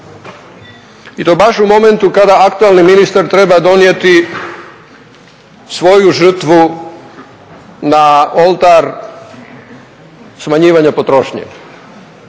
i to baš u momentu kada aktualni ministar treba donijeti svoju žrtvu na oltar smanjivanja potrošnje